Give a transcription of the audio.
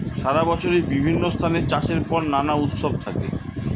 সারা বছরই বিভিন্ন স্থানে চাষের পর নানা উৎসব থাকে